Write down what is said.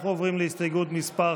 אנחנו עוברים להסתייגות מס'